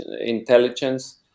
intelligence